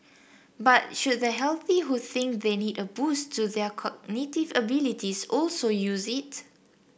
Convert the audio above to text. but should the healthy who think they need a boost to their cognitive abilities also use it